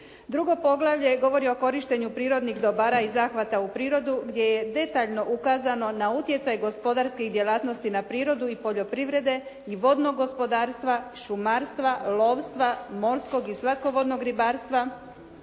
Drugo poglavlje govori o korištenju prirodnih dobara i zahvata u prirodu gdje je detaljno ukazano na utjecaj gospodarskih djelatnosti na prirodu i poljoprivrede i vodnog gospodarstva, šumarstva, lovstva, morskog i slatkovodnog ribarstva,